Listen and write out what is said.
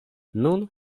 nun